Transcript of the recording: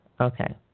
okay